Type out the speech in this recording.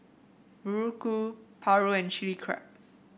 muruku paru and Chili Crab